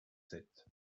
sept